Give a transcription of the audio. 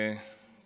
כבוד השרים,